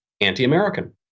anti-American